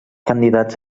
candidats